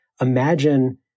Imagine